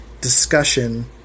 discussion